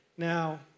Now